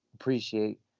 appreciate